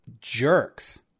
jerks